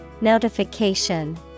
Notification